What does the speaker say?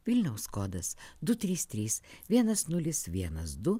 vilniaus kodas du trys trys vienas nulis vienas du